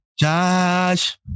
Josh